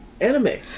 Anime